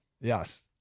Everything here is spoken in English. Yes